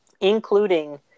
including